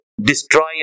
destroy